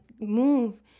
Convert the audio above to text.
move